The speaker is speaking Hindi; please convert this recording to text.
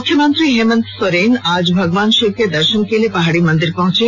मुख्यमंत्री हेमंत सोरेन भी आज भगवान शिव के दर्शन के लिए पहाड़ी मंदिर पहुंचे